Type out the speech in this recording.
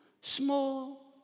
small